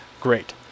great